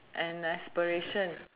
and aspiration